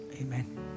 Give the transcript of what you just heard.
Amen